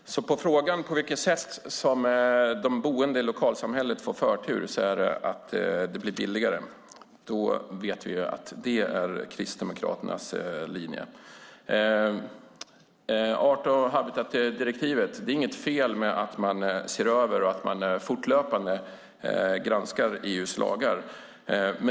Fru talman! Svaret på frågan om på vilket sätt de boende i lokalsamhället får förtur är alltså att det blir billigare för dem. Då vet vi att det är Kristdemokraternas linje. Det är inte fel att se över och fortlöpande granska EU:s lagar.